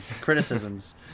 criticisms